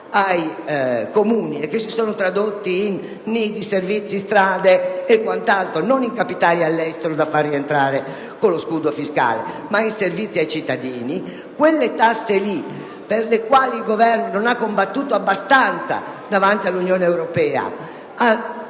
ai Comuni e che si sono tradotti in servizi, strade e quant'altro, dunque non in capitali all'estero da far rientrare con lo scudo fiscale, ma in servizi ai cittadini. Il Governo non ha combattuto abbastanza davanti all'Unione europea